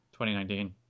2019